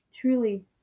truly